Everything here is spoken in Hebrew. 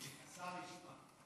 השר ישמע.